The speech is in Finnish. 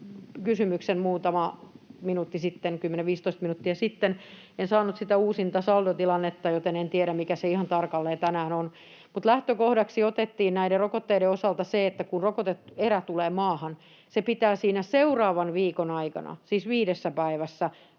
kysymyksen 10—15 minuuttia sitten. En saanut sitä uusinta saldotilannetta, joten en tiedä, mikä se ihan tarkalleen tänään on. Lähtökohdaksi otettiin näiden rokotteiden osalta se, että kun rokote-erä tulee maahan, se pitää seuraavan viikon aikana — siis viidessä päivässä